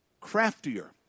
craftier